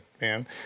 man